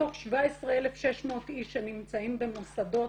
בתוך 17,600 איש שנמצאים במוסדות,